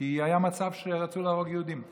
כי היה מצב שרצו להרוג יהודים.